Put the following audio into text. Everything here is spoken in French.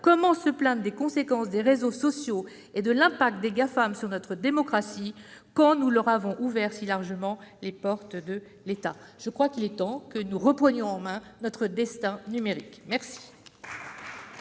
Comment se plaindre des conséquences des réseaux sociaux et de l'impact des GAFAM sur notre démocratie, quand nous leur avons ouvert si largement les portes de l'État ?» Il est temps que nous reprenions en main notre destin numérique !